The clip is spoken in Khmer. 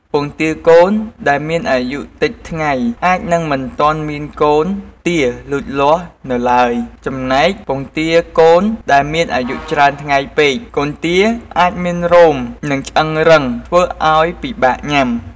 ពងទាកូនដែលមានអាយុតិចថ្ងៃ អាចនឹងមិនទាន់មានកូនទាលូតលាស់នៅឡើយ ចំណែកពងទាកូនដែលមានអាយុច្រើនថ្ងៃពេក កូនទាអាចមានរោម និងឆ្អឹងរឹងធ្វើឱ្យពិបាកញ៉ាំ។